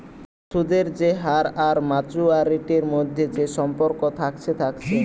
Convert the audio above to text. সুদের যে হার আর মাচুয়ারিটির মধ্যে যে সম্পর্ক থাকছে থাকছে